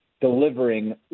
delivering